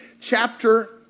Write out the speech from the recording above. chapter